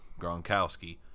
Gronkowski